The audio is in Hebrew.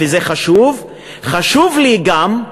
זה חשוב אבל חשוב גם,